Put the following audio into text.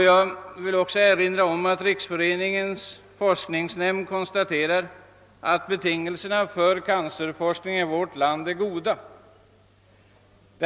Jag vill även erinra om att Riksföreningens mot cancer forskningsnämnd konstaterar att betingelserna för cancerforskning i vårt land är mycket goda.